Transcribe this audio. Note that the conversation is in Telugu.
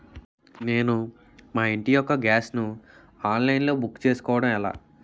నేను మా ఇంటి యెక్క గ్యాస్ ను ఆన్లైన్ లో బుక్ చేసుకోవడం ఎలా?